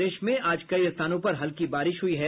प्रदेश में आज कई स्थानों पर हल्की बारिश हुई है